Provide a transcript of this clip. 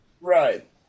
Right